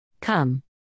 Come